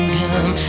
come